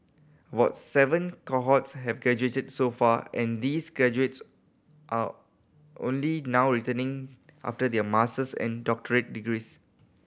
was seven cohorts have graduated so far and these graduates are only now returning after their master's and doctorate degrees